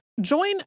Join